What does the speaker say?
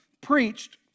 preached